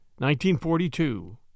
1942